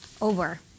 over